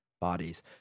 bodies